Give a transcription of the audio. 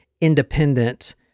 Independent